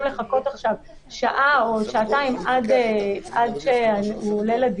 לחכות שעה או שעתיים עד שהוא עולה לדיון,